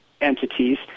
entities